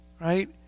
right